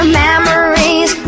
memories